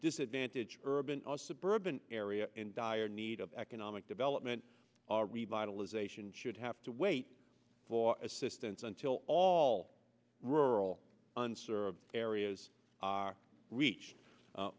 disadvantaged urban or suburban area in dire need of economic development revitalization should have to wait for assistance until all rural unserved areas are reach